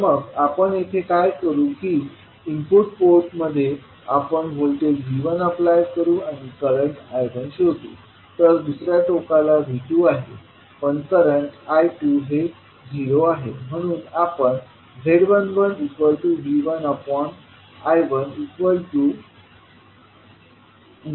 तर मग आपण येथे काय करू की इनपुट पोर्टमध्ये आपण व्होल्टेज V1अप्लाय करू आणि करंट I1 शोधु तर दुसर्या टोकाला V2आहे पण करंट I2हे 0 आहे